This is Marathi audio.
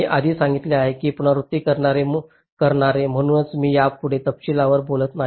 मी आधीच सांगितले आहे पुनरावृत्ती करणारे म्हणून मी यापुढे तपशीलवार बोलत नाही